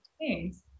Thanks